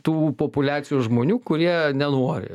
tų populiacijų žmonių kurie nenori